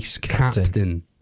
Captain